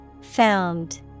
Found